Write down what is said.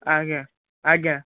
ଆଜ୍ଞା ଆଜ୍ଞା